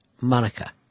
Monica